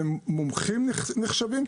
והם מומחים נחשבים.